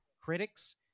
critics